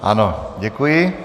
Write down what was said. Ano, děkuji.